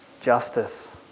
justice